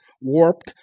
Warped